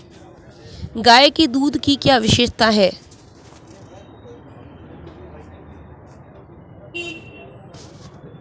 गाय के दूध की क्या विशेषता है?